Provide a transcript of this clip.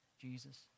Jesus